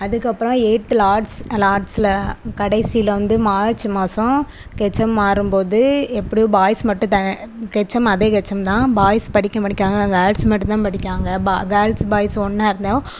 அதுக்கப்பறம் eighth lots லாட்ஸ்ல கடைசியில வந்து மார்ச் மாதம் ஹெச்எம் மாறும் போது எப்படி பாய்ஸ் மட்டும் த ஹெச்எம் அதே ஹெச்எம் தான் பாய்ஸ் படிக்க மாட்டேக்கிறாங்க கேர்ள்ஸ் மட்டும் தான் படிக்கிறாங்க பா கேர்ள்ஸ் பாய்ஸ் ஒன்றா இருந்தாலும்